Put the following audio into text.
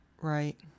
Right